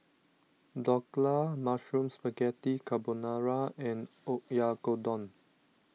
Dhokla Mushroom Spaghetti Carbonara and Oyakodon